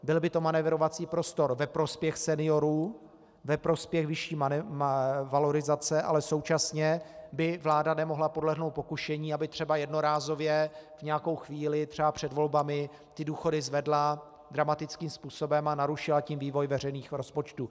Byl by to manévrovací prostor ve prospěch seniorů, ve prospěch vyšší valorizace, ale současně by vláda nemohla podlehnout pokušení, aby třeba jednorázově v nějakou chvíli, třeba před volbami, důchody zvedla dramatickým způsobem a narušila tím vývoj veřejných rozpočtů.